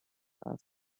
asked